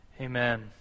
Amen